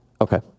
Okay